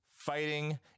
fighting